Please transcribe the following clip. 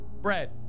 bread